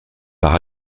par